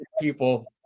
people